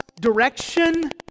direction